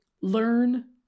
learn